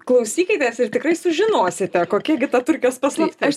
klausykitės ir tikrai sužinosite kokia gi ta turkijos paslaptis